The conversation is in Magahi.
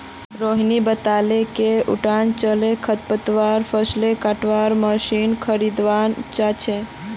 रोहिणी बताले कि उटा जलीय खरपतवार फ़सलक कटवार मशीन खरीदवा चाह छ